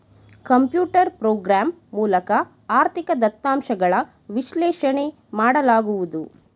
computer program ಮೂಲಕ ಆರ್ಥಿಕ ದತ್ತಾಂಶಗಳ ವಿಶ್ಲೇಷಣೆ ಮಾಡಲಾಗುವುದು